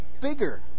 bigger